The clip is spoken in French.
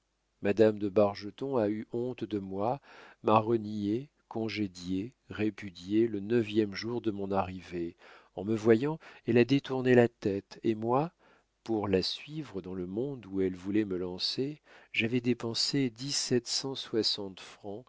madame de bargeton a eu honte de moi m'a renié congédié répudié le neuvième jour de mon arrivée en me voyant elle a détourné la tête et moi pour la suivre dans le monde où elle voulait me lancer j'avais dépensé dix-sept